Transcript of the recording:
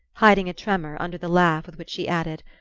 hiding a tremor under the laugh with which she added,